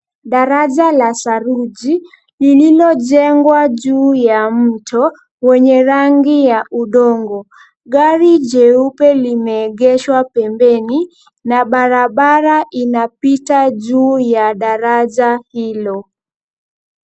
Daraja la saruji, lililojengwa juu ya mto, wenye rangi ya udongo. Gari jeupe limeegeshwa pembeni, na barabara inapita juu ya daraja hilo.